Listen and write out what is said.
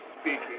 speaking